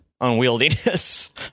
unwieldiness